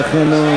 ולכן הוא,